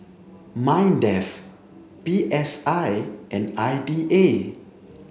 MINDEF P S I and I D A